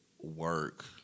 work